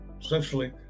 essentially